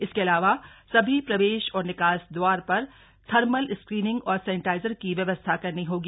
इसके अलावा सभी प्रवेश और निकास द्वार पर थर्मल स्क्रीनिंग और सैनिटाइजर की व्यवस्था करनी होगी